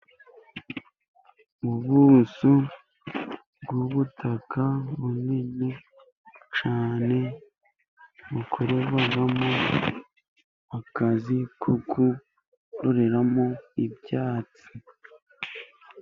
Ubuso bw'ubutaka bunini cyane, bukorerwamo akazi ko kororeramo ibyatsi.